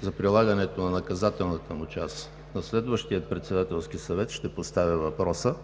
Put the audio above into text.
за прилагането на наказателната му част на следващия Председателски съвет ще поставя въпроса